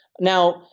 Now